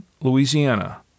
Louisiana